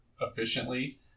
efficiently